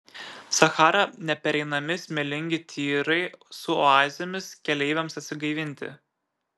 sachara nepereinami smėlingi tyrai su oazėmis keleiviams atsigaivinti